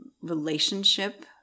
relationship